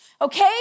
okay